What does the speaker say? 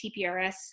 TPRS